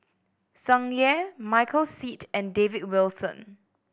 Tsung Yeh Michael Seet and David Wilson